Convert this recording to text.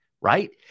right